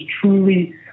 truly